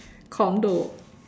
condo